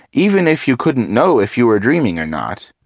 even if you couldn't know if you are dreaming or not,